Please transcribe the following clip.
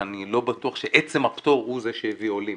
שאני לא בטוח שעצם הפטור הוא זה שהביא עולים,